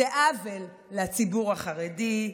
זה עוול לציבור החרדי,